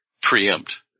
preempt